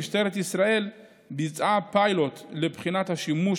משטרת ישראל ביצעה פיילוט לבחינת השימוש